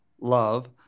Love